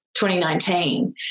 2019